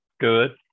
good